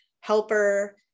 helper